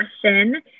question